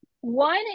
One